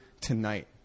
tonight